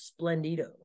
splendido